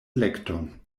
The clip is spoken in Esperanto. elekton